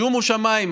שומו שמיים,